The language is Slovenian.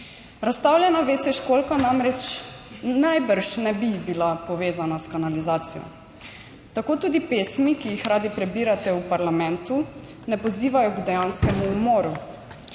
Razstavljena WC školjka namreč najbrž ne bi bila povezana s kanalizacijo. Tako tudi pesmi, ki jih radi prebirate v parlamentu, ne pozivajo k dejanskemu umoru,